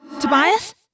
Tobias